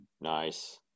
Nice